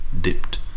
dipped